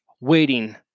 waiting